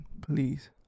Please